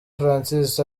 francis